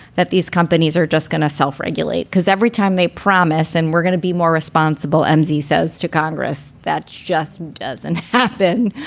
that these companies are just going to self-regulate because every time they promise and we're gonna be more responsible. m c says to congress, that just doesn't happen.